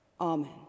Amen